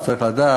הוא צריך לדעת,